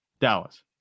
Dallas